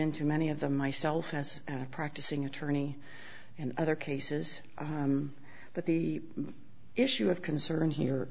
into many of them myself as a practicing attorney and other cases but the issue of concern here